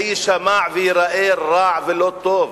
זה יישמע וייראה רע ולא טוב.